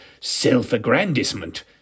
self-aggrandisement